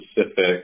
specific